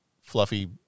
Fluffy